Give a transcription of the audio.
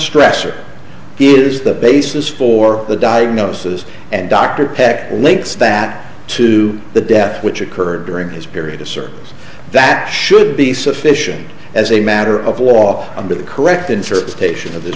stress or it is the basis for the diagnosis and dr peck links that to the death which occurred during his period of service that should be sufficient as a matter of law on the correct interpretation of th